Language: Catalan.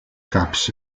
caps